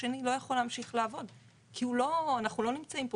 השני לא יכול להמשיך לעבוד כי אנחנו לא נמצאים פה